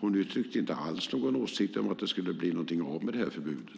Hon uttryckte inte alls någon åsikt att det skulle bli någonting av med detta förbud.